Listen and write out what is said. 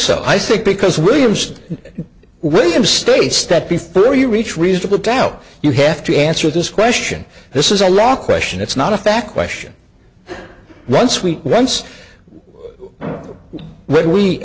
so i think because williams williams states that before you reach reasonable doubt you have to answer this question this is a law question it's not a fact question once we once